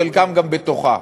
חלקם גם בתוכה.